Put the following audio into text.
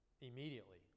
Immediately